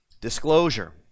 disclosure